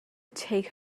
take